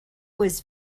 was